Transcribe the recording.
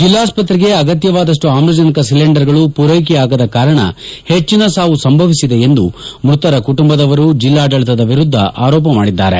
ಜೆಲ್ಲಾಸ್ತ್ರೆಗೆ ಅಗತ್ಜವಾದಪ್ಟು ಆಮ್ಲಜನಕ ಸಿಲಿಂಡರ್ಗಳ ಪೂರ್ಟೆಕೆಯಾಗದ ಕಾರಣ ಹೆಚ್ಚನ ಸಾವು ಸಂಭವಿಸಿದೆ ಎಂದು ಮೃತರ ಕುಟುಂಬದವರು ಜಿಲ್ಲಾಡಳಿತದ ವಿರುದ್ದ ಆರೋಪ ಮಾಡಿದ್ದಾರೆ